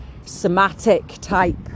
somatic-type